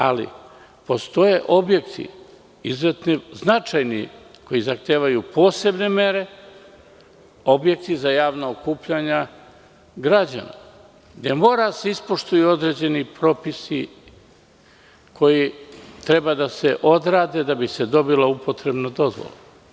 Ali, postoje objekti, značajni, koji zahtevaju posebne mere, objekti za javna okupljanja građana gde moraju da se ispoštuju određeni propisi koji treba da se odrade da bi se dobila upotrebna dozvola.